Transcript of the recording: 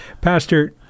Pastor